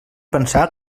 pensar